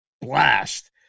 blast